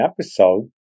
episode